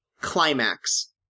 climax